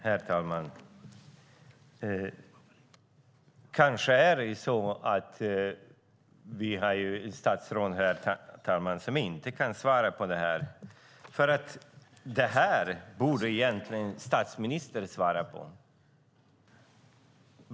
Herr talman! Kanske är det så att vi har ett statsråd som inte kan svara på detta eftersom det egentligen är statsministern som borde svara på det.